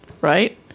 right